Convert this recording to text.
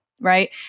right